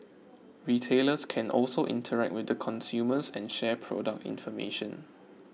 retailers can also interact with the consumers and share product information